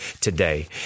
today